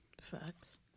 Facts